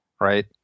right